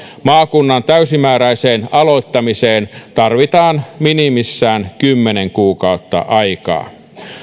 maakunnan täysimääräiseen aloittamiseen tarvitaan minimissään kymmenen kuukautta aikaa